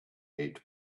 eight